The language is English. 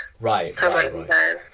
Right